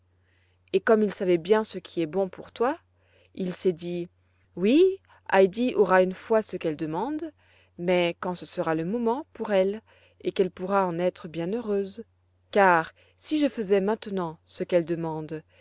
et comme il savait bien ce qui est bon pour toi il s'est dit oui heidi aura une fois ce qu'elle demande mais quand ce sera le moment pour elle et qu'elle pourra en être bien heureuse car si je faisais maintenant ce qu'elle demande